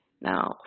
now